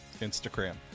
Instagram